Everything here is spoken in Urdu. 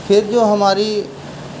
پھر جو ہماری